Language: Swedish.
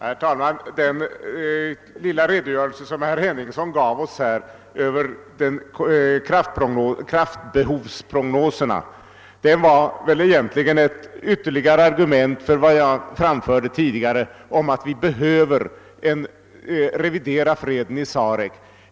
Herr talman! Den lilla redogörelse som herr Henningsson gav oss över kraftbehovsprognoserna var egentligen ytterligare ett argument för vad jag framförde tidigare, nämligen att vi behöver revidera freden i Sarek.